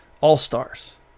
all-stars